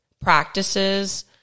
practices